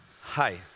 Hi